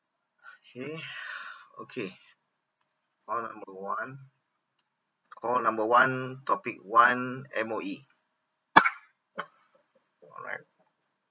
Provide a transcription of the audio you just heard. okay okay call number one call number one topic one M_O_E alright